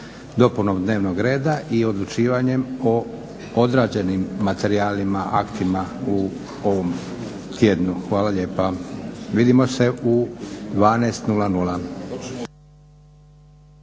dopunom dnevnog reda i odlučivanjem o odrađenim materijalima, aktima u ovom tjednu. Hvala lijepa. Vidimo se u 12,00.